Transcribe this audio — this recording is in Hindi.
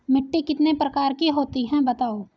मिट्टी कितने प्रकार की होती हैं बताओ?